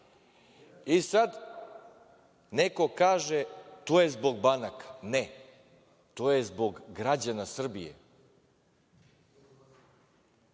neko kaže da je to zbog banaka. Ne, to je zbog građana Srbije.